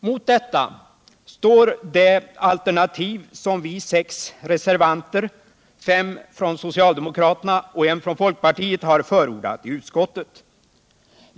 Mot detta står det alternativ som vi reservanter, fem från socialdemokraterna och en från folkpartiet, har förordat i utskottet.